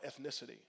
ethnicity